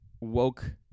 woke